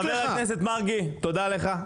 חבר הכנסת מרגי, תודה לך.